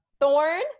Thorn